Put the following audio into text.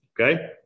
okay